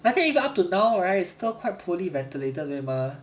I think even up to now right still quite poorly ventilated 对吗